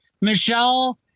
Michelle